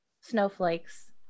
snowflakes